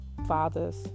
fathers